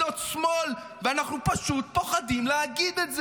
ואנחנו פשוט פוחדים להגיד את זה".